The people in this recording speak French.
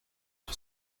sur